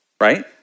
right